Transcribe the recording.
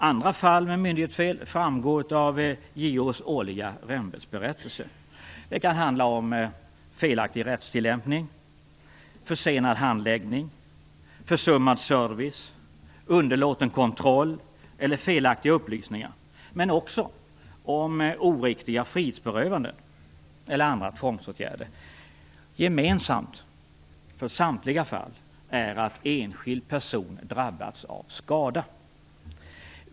Andra fall med myndighetsfel framgår av JO:s årliga ämbetsberättelse. Det kan handla om felaktig rättstillämpning, försenad handläggning, försummad service, underlåten kontroll eller felaktiga upplysningar men också om oriktiga frihetsberövanden eller andra tvångsåtgärder. Gemensamt för samtliga fall är att enskild person drabbats av skada.